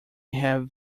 have